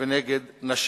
ונגד נשים.